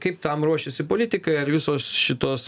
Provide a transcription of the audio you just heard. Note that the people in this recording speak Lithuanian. kai kaip tam ruošiasi politikai ar jūs šitos